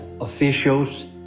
officials